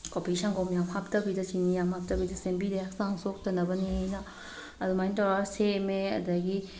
ꯀꯣꯐꯤꯁꯦ ꯁꯪꯒꯣꯝ ꯌꯥꯝ ꯍꯥꯞꯇꯕꯤꯗ ꯆꯤꯅꯤ ꯌꯥꯝ ꯍꯥꯞꯇꯕꯤꯗ ꯁꯦꯝꯕꯤꯔꯦ ꯍꯛꯆꯥꯡ ꯁꯣꯛꯇꯅꯕꯅꯤꯅ ꯑꯗꯨꯃꯥꯏ ꯇꯧꯔꯒ ꯁꯦꯝꯃꯦ ꯑꯗꯒꯤ